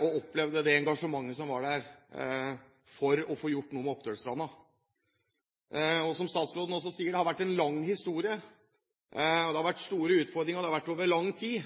og opplevde det engasjementet som var der for å få gjort noe med Oppdølstranda. Og som statsråden også sier: Det har vært en lang historie, det har vært store utfordringer, og det har vært over lang tid.